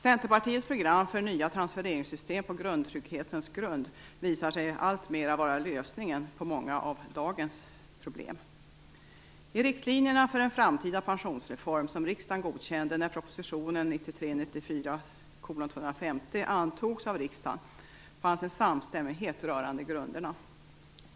Centerpartiets program för nya transfereringssystem på grundtrygghetens grund visar sig alltmer vara lösningen på många av dagens problem. antogs av riksdagen fanns en samstämmighet rörande grunderna.